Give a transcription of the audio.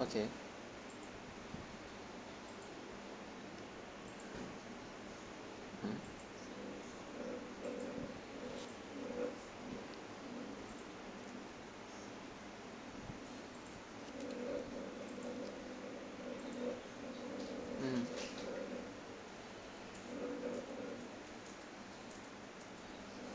okay mm mm